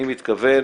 אני מתכוון